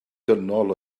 dynol